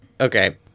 Okay